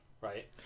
right